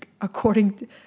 according